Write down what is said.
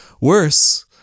Worse